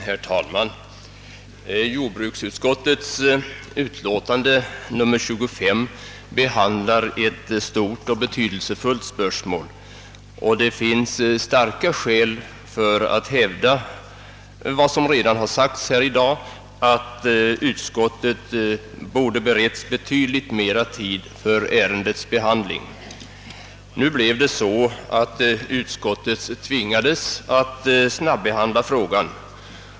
Herr talman! Jordbruksutskottets utlåtande nr 25 behandlar ett stort och betydelsefullt spörsmål och det finns starka skäl för att hävda den uppfatt ningen att utskottet borde beretts betydligt mera tid för ärendets behandling. Nu blev det så att utskottet tvingades snabbehandla frågan.